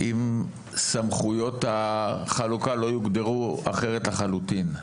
אם סמכויות החלוקה לא יוגדרו אחרת לחלוטין.